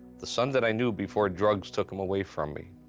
the son that i knew before drugs took him away from me.